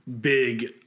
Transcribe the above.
big